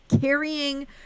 carrying